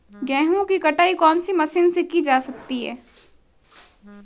गेहूँ की कटाई कौनसी मशीन से की जाती है?